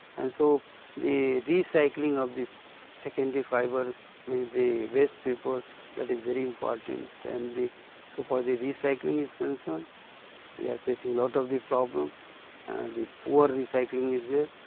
and so the recycling of this secondary fibre means the waste paper that is very important and the so far the recycling is concerned we are facing lot of the problem and the poor recycling is there.